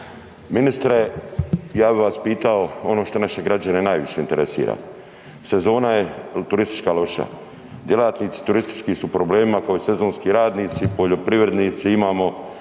Ministre, ja bi vas pitao ono što naše građane najviše interesira. Sezona je turistička loša, djelatnici turistički su u problemima kao i sezonski radnici i poljoprivrednici, imamo